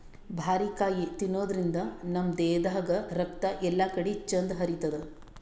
ಬಾರಿಕಾಯಿ ತಿನಾದ್ರಿನ್ದ ನಮ್ ದೇಹದಾಗ್ ರಕ್ತ ಎಲ್ಲಾಕಡಿ ಚಂದ್ ಹರಿತದ್